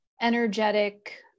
energetic